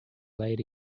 late